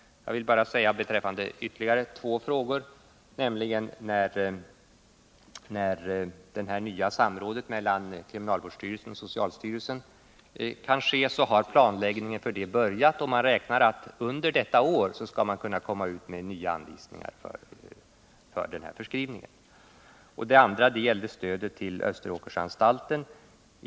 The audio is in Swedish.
Jag vill beträffande den första av ytterligare två frågor bara säga att när det gäller det nya samrådet mellan kriminalvårdsstyrelsen och socialstyrelsen så har planläggningen för det börjat, och man räknar med att under detta år kunna komma ut med nya anvisningar för den här förskrivningen. Den andra frågan gällde stödet till Österåkeranstalten.